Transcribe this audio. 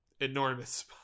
enormous